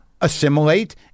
assimilate